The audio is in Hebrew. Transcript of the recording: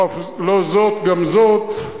לא זאת גם זאת,